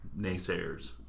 naysayers